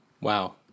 Wow